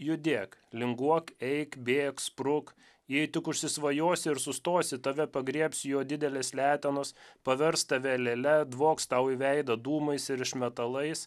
judėk linguok eik bėk spruk jei tik užsisvajosi ir sustosi tave pagriebs jo didelės letenos pavers tave lėle dvoks tau į veidą dūmais ir išmetalais